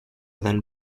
than